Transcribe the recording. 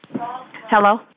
Hello